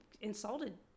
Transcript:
insulted